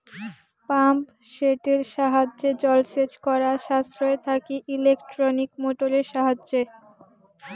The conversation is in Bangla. পাম্প সেটের সাহায্যে জলসেচ করা সাশ্রয় নাকি ইলেকট্রনিক মোটরের সাহায্যে?